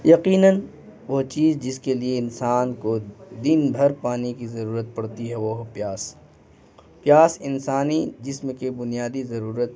یقیناً وہ چیز جس کے لیے انسان کو دن بھر پانی کی ضرورت پڑتی ہے وہ پیاس پیاس انسانی جسم کی بنیادی ضرورت